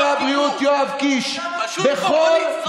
סגן שר הבריאות יואב קיש, פשוט פופוליזם זול.